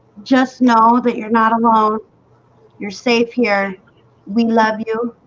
just know that you're not alone you're safe here we love you.